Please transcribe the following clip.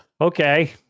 okay